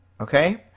okay